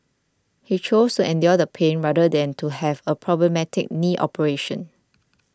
he chose endure the pain rather than to have a problematic knee operation